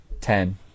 Ten